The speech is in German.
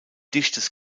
dichtes